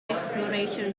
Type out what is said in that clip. exploration